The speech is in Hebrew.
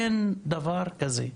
אין דבר כזה.